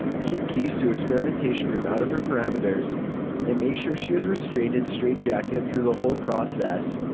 keep keys to experimentation room out of her parameters and make sure she is restrained in straitjacket through the whole process.